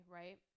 right